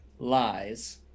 lies